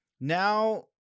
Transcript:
Now